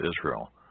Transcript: Israel